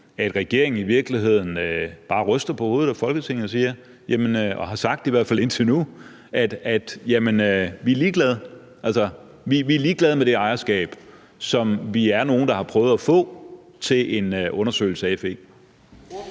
at regeringen i virkeligheden bare ryster på hovedet af Folketinget, og at den i hvert fald indtil nu har sagt, at den er ligeglad med det ejerskab, som vi er nogle der har prøvet at få til en undersøgelse af FE?